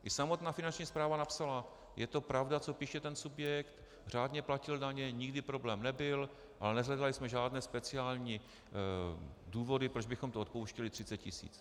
I samotná Finanční správa napsala, je to pravda, co píše ten subjekt, řádně platil daně, nikdy problém nebyl, ale neshledali jsme žádné speciální důvody, proč bychom tu odpouštěli 30 tisíc.